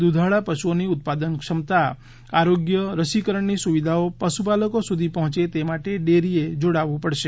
દૂધાળા પશુઓની ઉત્પાદન ક્ષમતા આરોગ્ય રસીકરણની સુવિધાઓ પશુપાલકો સુધી પહોંચે તે માટે ડેરીઓએ જોડાવવું પડશે